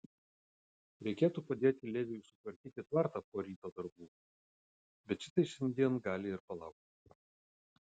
reikėtų padėti leviui sutvarkyti tvartą po ryto darbų bet šitai šiandien gali ir palaukti